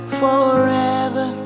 forever